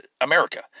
America